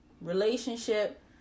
Relationship